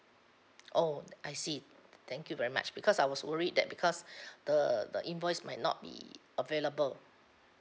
oh I see thank you very much because I was worried that because the the invoice might not be available